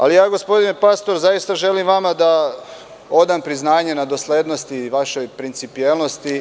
Ali, gospodine Pastor, zaista želim da vam odam priznanje na doslednosti i vašoj principijelnosti.